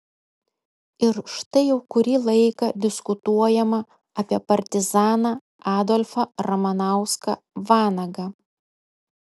ir štai jau kurį laiką diskutuojama apie partizaną adolfą ramanauską vanagą